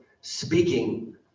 speaking